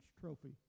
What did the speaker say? trophy